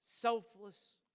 selfless